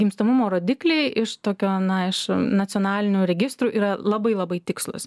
gimstamumo rodikliai iš tokio na iš nacionalinių registrų yra labai labai tikslūs